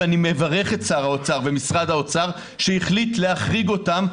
ואני מברך את שר האוצר ומשרד האוצר שהחליט להחריג אותם,